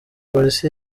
polisi